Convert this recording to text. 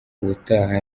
ubutaha